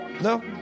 No